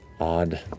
Odd